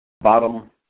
Bottom